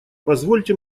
позвольте